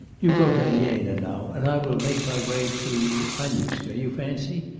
you go to elena now, and i will make my way to annushka, you fancy?